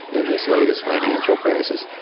in this latest financial crisis.